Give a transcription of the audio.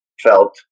felt